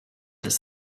his